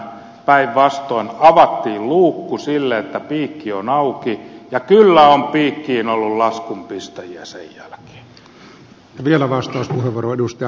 päinvastoin avattiin luukku sille että piikki on auki ja kyllä on piikkiin ollut laskun pistäjiä sen jälkeen